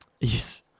Yes